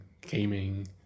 gaming